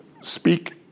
speak